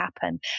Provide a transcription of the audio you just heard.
happen